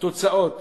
התוצאות